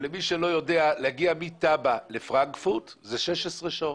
למי שלא יודע, להגיע מטאבה לפרנקפורט זה 16 שעות.